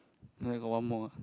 no you got one more ah